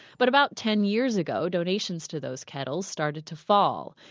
but about ten years ago, donations to those kettles started to fall.